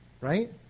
Right